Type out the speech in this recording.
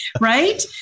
Right